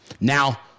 Now